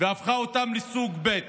והפכה אותם לסוג ב'.